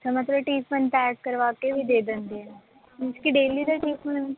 ਅੱਛਾ ਮਤਲਬ tiffin pack ਕਰਵਾ ਕੇ ਵੀ ਦੇ ਦਿੰਦੇ ਆ ਮੀਨਜ਼ ਕਿ ਡੇਲੀ ਦਾ ਟਿਫਨ